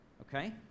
okay